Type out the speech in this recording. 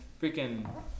freaking